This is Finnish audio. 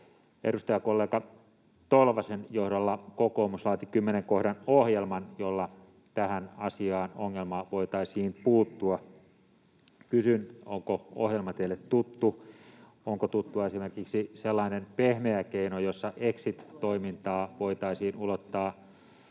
Edustajakollega Tolvasen johdolla kokoomus laati kymmenen kohdan ohjelman, jolla tähän asiaan ja ongelmaan voitaisiin puuttua. Kysyn: Onko ohjelma teille tuttu? Onko tuttua esimerkiksi sellainen pehmeä keino, jossa exit-toimintaa voitaisiin ulottaa